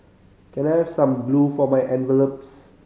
can I have some glue for my envelopes